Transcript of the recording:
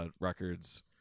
records